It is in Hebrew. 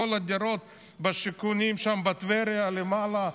כל הדירות בשיכונים שם בטבריה למעלה,